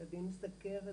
ילדים עם סכרת,